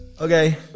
Okay